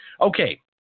Okay